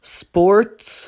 sports